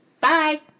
Bye